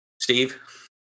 Steve